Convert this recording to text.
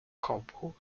corbeau